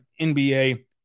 NBA